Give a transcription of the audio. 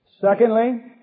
Secondly